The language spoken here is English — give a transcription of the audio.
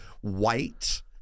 white